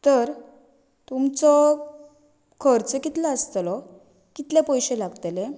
तर तुमचो खर्च कितलो आसतलो कितले पयशे लागतले